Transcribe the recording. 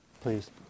Please